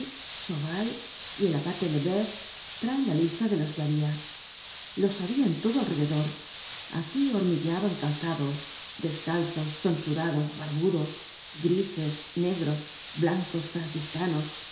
breuil sauval y el abate lebeuf traen la lista de los que habia los habia en todo alrededor aquí hormigueaban calzados descalzos tonsurados barbudos grises negros blancos